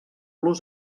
los